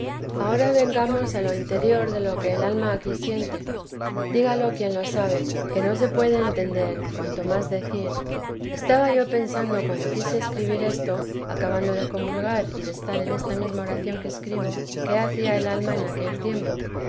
ahora vengamos a lo interior de lo que el alma aquí siente dígalo quien lo sabe que no se puede entender cuanto más decir estaba yo pensando cuando quise escribir esto acabando de comulgar y de estar en esta mesma oración que escribo qué hacía el alma en aquel tiempo